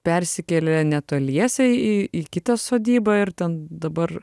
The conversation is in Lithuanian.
persikėlė netoliese į į kitą sodybą ir ten dabar